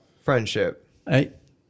friendship